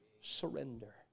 Surrender